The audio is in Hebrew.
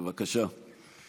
בבקשה.